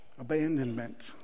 abandonment